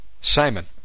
Simon